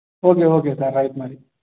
okay okay sir right మరి